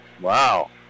Wow